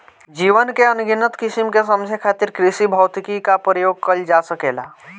जीवन के अनगिनत किसिम के समझे खातिर कृषिभौतिकी क प्रयोग कइल जा सकेला